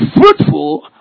fruitful